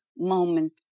moment